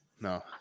No